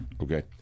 Okay